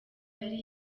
yari